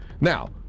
Now